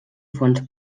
fons